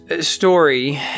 story